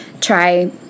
try